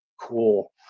cool